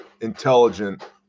intelligent